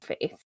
Faith